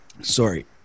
Sorry